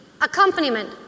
Accompaniment